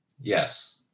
Yes